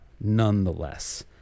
Nonetheless